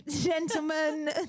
gentlemen